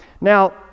Now